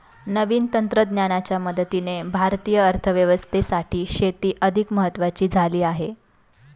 नवीन तंत्रज्ञानाच्या मदतीने भारतीय अर्थव्यवस्थेसाठी शेती अधिक महत्वाची झाली आहे